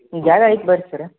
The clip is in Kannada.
ಜಾಗ ಐತೆ ಬನ್ರಿ ಸರ